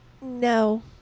no